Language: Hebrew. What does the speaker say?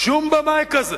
שום במאי כזה